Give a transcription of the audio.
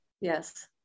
Yes